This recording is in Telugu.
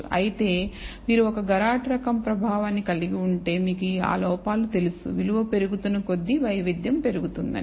అయితే మీరు ఒక గరాటు రకం ప్రభావాన్ని కలిగి ఉంటే మీకు ఆ లోపాలు తెలుసు విలువ పెరుగుతున్నకొద్దీ వైవిధ్యం పెరుగుతుందని